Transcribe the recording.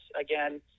again